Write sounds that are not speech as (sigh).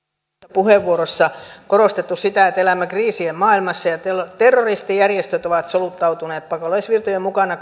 puheenvuorossa korostettu elämme kriisien maailmassa ja terroristijärjestöt ovat soluttautuneet pakolaisvirtojen mukana (unintelligible)